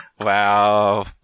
Wow